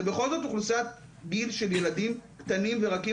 בכל זאת אוכלוסיית גיל של ילדים קטנים ורכים